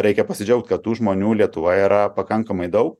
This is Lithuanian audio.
reikia pasidžiaugt kad tų žmonių lietuvoje yra pakankamai daug